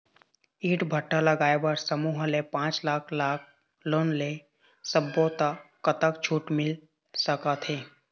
ईंट भट्ठा लगाए बर समूह ले पांच लाख लाख़ लोन ले सब्बो ता कतक छूट मिल सका थे?